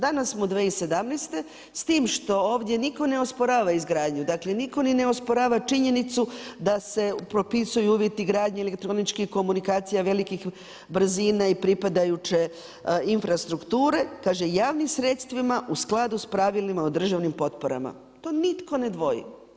Danas smo u 2017., s tim što ovdje nitko ne osporava izgradnju, dakle nitko ni ne osporava činjenicu da se propisuju uvjeti gradnje elektroničkih komunikacija velikih brzina i pripadajuće infrastrukture, kaže „javnim sredstvima u skladu s pravilima o državnim potporama.“ To nitko ne dvoji.